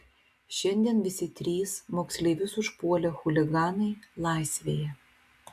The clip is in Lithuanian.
šiandien visi trys moksleivius užpuolę chuliganai laisvėje